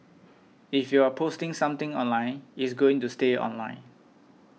if you're posting something online it's going to stay online